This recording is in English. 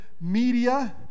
media